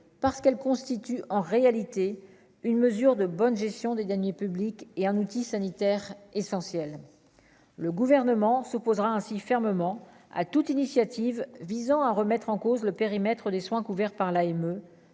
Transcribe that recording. parce qu'elle constitue en réalité une mesure de bonne gestion des deniers publics et un outil sanitaire essentiel, le gouvernement se posera ainsi fermement à toute initiative visant à remettre en cause le périmètre des soins couvert par l'AME